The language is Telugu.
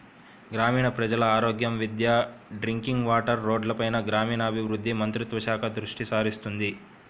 గ్రామీణ ప్రజల ఆరోగ్యం, విద్య, డ్రింకింగ్ వాటర్, రోడ్లపైన గ్రామీణాభివృద్ధి మంత్రిత్వ శాఖ దృష్టిసారిస్తుంది